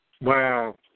wow